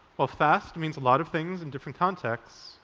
while fast means a lot of things in different contexts,